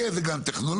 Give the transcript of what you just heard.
יהיה איזה גן טכנולוגי,